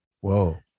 Whoa